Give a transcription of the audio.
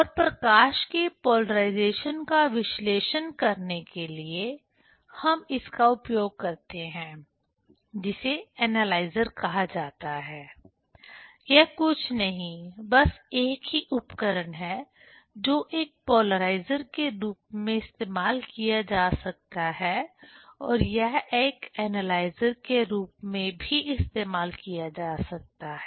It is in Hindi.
और प्रकाश के पोलराइजेशन का विश्लेषण करने के लिए हम इसका उपयोग करते हैं जिसे एनालाइजर कहा जाता है यह कुछ नहीं बस एक ही उपकरण है जो एक पोलराइज़र के रूप में इस्तेमाल किया जा सकता है और यह एक एनालाइजर के रूप में भी इस्तेमाल किया जा सकता है